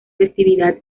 festividad